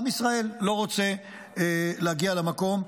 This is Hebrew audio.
עם ישראל לא רוצה להגיע למקום.